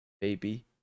Baby